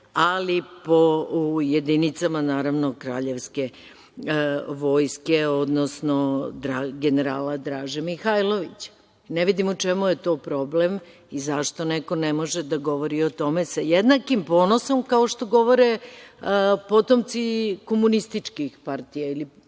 ali po jedinicama kraljevske vojske, odnosno generala Draže MihailovićaNe vidim u čemu je tu problem i zašto neko ne može da govori o tome sa jednakim ponosom kao što govore potomci komunističkih partija ili